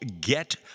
get